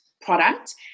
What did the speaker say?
product